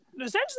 essentially